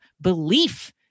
belief